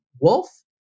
wolf